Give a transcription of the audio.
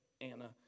Anna